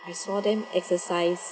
I saw them exercise